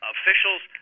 Officials